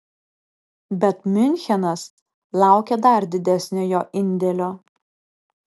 bet miunchenas laukia dar didesnio jo indėlio